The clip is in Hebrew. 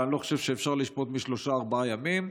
אבל אני לא חושב שאפשר לשפוט משלושה-ארבעה ימים,